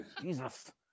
Jesus